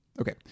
Okay